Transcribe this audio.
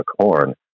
corn